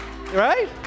right